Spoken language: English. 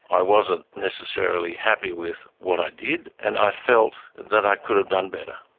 i wasn't necessarily happy with what i did, and i felt that i could've done better.